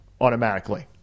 automatically